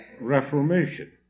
Reformation